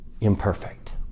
imperfect